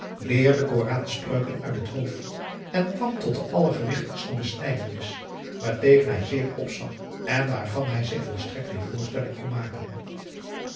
leerde koranspreuken uit het hoofd en kwam tot de allergewichtigste besnijdenis waartegen hij zeer opzag en waarvan hij zich volstrekt geen voorstelling kon maken